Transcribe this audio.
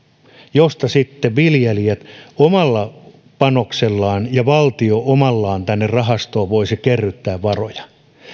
jonne sitten viljelijät omalla panoksellaan ja valtio omallaan voisivat kerryttää varoja